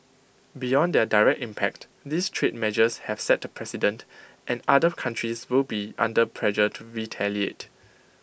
beyond their direct impact these trade measures have set A precedent and other countries will be under pressure to retaliate